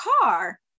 car